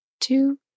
two